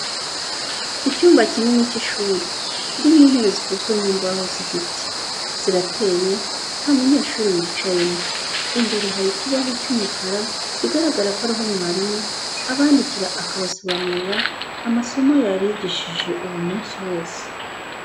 Icyumba kinini cy'ishuri kirimo intebe zikozwe mu mbaho z'igiti, zirateye nta munyeshuri wicayemo, imbere hari ikibaho cy'umukara bigaragara ko ariho mwarimu abandikira akabasobanurira amasomo yabigishije uwo munsi wose.